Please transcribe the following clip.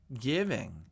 giving